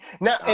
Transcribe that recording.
now